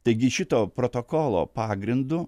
taigi šito protokolo pagrindu